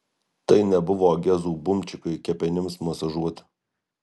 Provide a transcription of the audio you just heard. tai nebuvo gezų bumčikai kepenims masažuoti